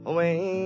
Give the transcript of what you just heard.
Away